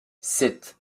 sept